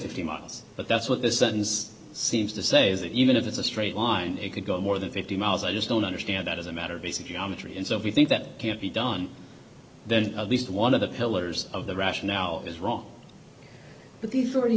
fifty miles but that's what the sentence seems to say is that even if it's a straight line it could go more than fifty miles i just don't understand that as a matter basically on the tree and so we think that can't be done then at least one of the pillars of the rationale is wrong but these are already